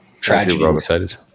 tragedy